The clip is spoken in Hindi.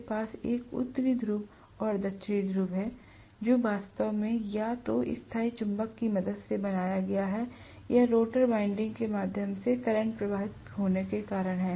मेरे पास एक उत्तरी ध्रुव और दक्षिणी ध्रुव है जो वास्तव में या तो स्थायी चुंबक की मदद से बनाया गया है या रोटर वाइंडिंग के माध्यम से करंट प्रवाहित होने के कारण है